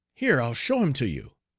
here, i'll show him to you,